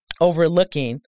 overlooking